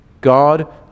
God